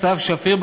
סתיו שפיר,